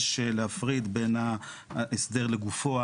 יש להפריד בין ההסדר לגופו,